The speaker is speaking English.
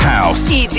House